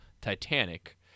Titanic